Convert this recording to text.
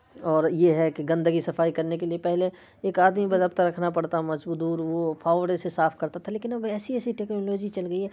اور یہ ہے کہ گندگی صفائی کرنے کے لیے پہلے ایک آدمی باضابطہ رکھنا پڑتا مزدور وہ پھاوڑے سے صاف کرتا تھا لیکن اب ایسی ایسی ٹیکنالوجی چل گئی ہے